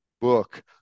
book